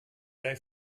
dai